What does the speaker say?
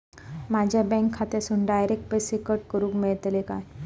माझ्या बँक खात्यासून डायरेक्ट पैसे कट करूक मेलतले काय?